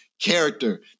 character